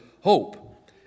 hope